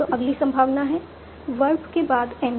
तो अगली संभावना है वर्ब के बाद NP